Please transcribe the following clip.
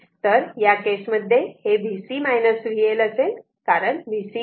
तर या केस मध्ये हे VC VL असेल कारण VC VL आहे